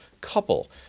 couple